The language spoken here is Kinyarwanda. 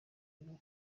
birori